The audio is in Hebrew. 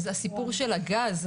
הסיפור של הגז,